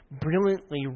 brilliantly